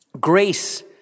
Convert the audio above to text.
Grace